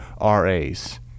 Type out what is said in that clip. RAs